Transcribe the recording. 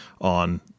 on